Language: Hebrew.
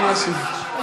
למה לא הבאתי משהו.